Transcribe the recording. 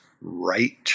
right